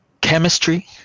Chemistry